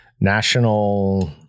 National